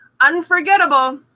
unforgettable